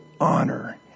honor